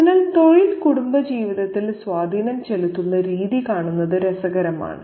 അതിനാൽ തൊഴിൽ കുടുംബജീവിതത്തിൽ സ്വാധീനം ചെലുത്തുന്ന രീതി കാണുന്നത് രസകരമാണ്